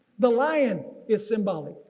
the lion is symbolic.